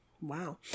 Wow